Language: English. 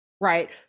Right